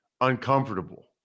uncomfortable